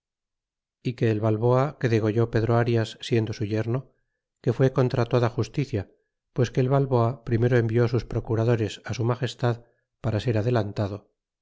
y que el balboa que degolló pedro arias siendo su yerno que fué contra toda justicia pues que ei balboa primero envió sus procuradores su magestad para ser adelantado